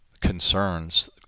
concerns